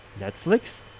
Netflix